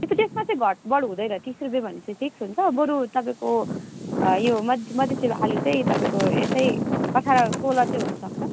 त्यो चाहिँ त्यसमा चाहिँ घट्बड् हुँदैन तिस रुपियाँ भनेपछि फिक्स हुन्छ बरू तपाईँको यो मध मधेसी आलु चाहिँ तपाईँको यसै अठार सोह्र चाहिँ हुनसक्छ